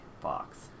Box